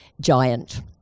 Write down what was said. giant